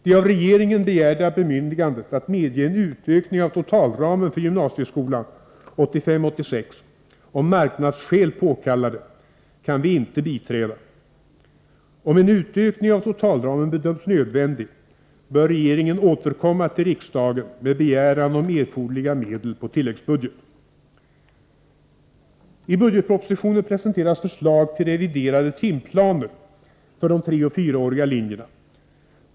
Det av regeringen begärda bemyndigandet att medge en utökning av totalramen för gymnasieskolan 1985/86, om marknadsskäl påkallar det, kan vi inte biträda. Om en utökning av totalramen bedöms nödvändig, bör regeringen återkomma till riksdagen med begäran om erforderliga medel på tilläggsbudget. I budgetpropositionen presenteras förslag till reviderade timplaner för de treoch fyraåriga linjerna.